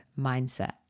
mindset